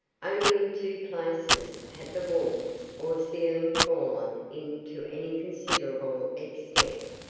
only in two places had the walls or ceiling fallen in to any considerable extent,